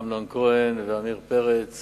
אמנון כהן, עמיר פרץ